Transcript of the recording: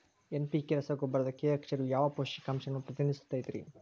NPK ರಸಗೊಬ್ಬರದಾಗ K ಅಕ್ಷರವು ಯಾವ ಪೋಷಕಾಂಶವನ್ನ ಪ್ರತಿನಿಧಿಸುತೈತ್ರಿ?